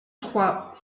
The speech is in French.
trois